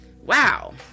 Wow